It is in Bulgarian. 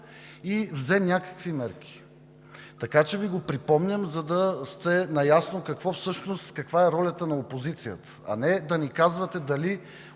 и взе някакви мерки. Така че Ви го припомням, за да сте наясно каква е ролята на опозицията, а не да ни казвате дали